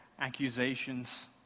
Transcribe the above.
accusations